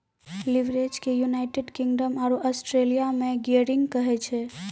leverage के United Kingdom आरो Australia मे गियरिंग कहै छै